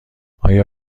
آیا